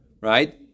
right